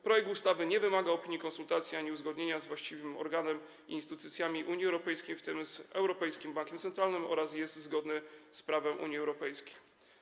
Projekt ustawy nie wymaga opinii, konsultacji ani uzgodnienia z właściwym organem i instytucjami Unii Europejskiej, w tym z Europejskim Bankiem Centralnym, oraz jest zgodny z prawem Unii Europejskiej.